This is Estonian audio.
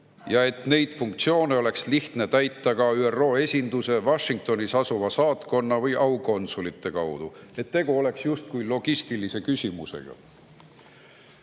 ja et neid funktsioone oleks lihtne täita ka ÜRO esinduse, Washingtonis asuva saatkonna või aukonsulite kaudu, et tegu oleks justkui logistilise küsimusega.